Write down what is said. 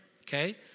okay